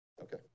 Okay